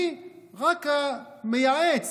אני רק המייעץ,